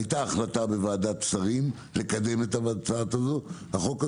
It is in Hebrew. היתה החלטה בוועדת שרים לקדם את הצעת החוק הזו.